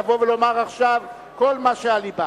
לבוא ולומר עכשיו כל מה שעל לבה.